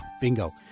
Bingo